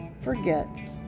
forget